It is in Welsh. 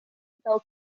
fel